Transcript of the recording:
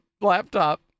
laptop